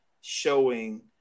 showing